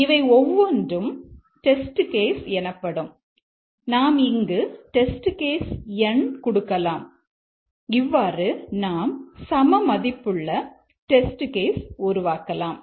இவை ஒவ்வொன்றும் test case உருவாக்கலாம்